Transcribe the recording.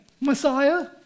Messiah